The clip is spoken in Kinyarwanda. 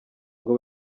ngo